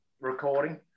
recording